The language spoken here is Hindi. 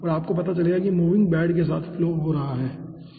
और आपको पता चलेगा कि मूविंग बेड के साथ फ्लो हो रहा हैं ठीक है